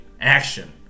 action